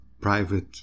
private